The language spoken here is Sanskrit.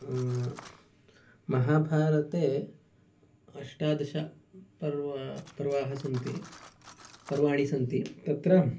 महाभारते अष्टादशपर्व पर्वाः सन्ति पर्वाणि सन्ति तत्र